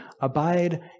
abide